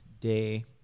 day